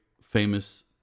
famous